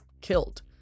killed